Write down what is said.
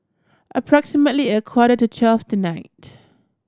approximately a quarter to twelve tonight